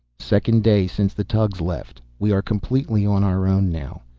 second day since the tugs left, we are completely on our own now.